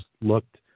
looked